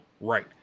Right